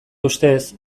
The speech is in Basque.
ustez